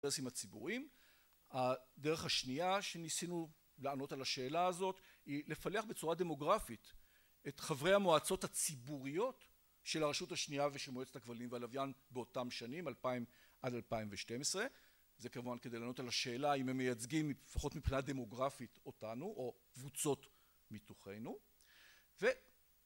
האינטרסים הציבוריים. הדרך השנייה שניסינו לענות על השאלה הזאת היא לפלח בצורה דמוגרפית את חברי המועצות הציבוריות של הרשות השנייה ושל מועצת הכבלים והלוויין באותם שנים, אלפיים עד אלפיים ושתים עשרה, זה כמובן כדי לענות על השאלה אם הם מייצגים לפחות מבחינה דמוגרפית אותנו, או קבוצות מתוכנו, ו...